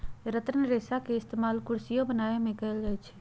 रतन रेशा के इस्तेमाल कुरसियो बनावे में कएल जाई छई